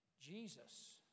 Jesus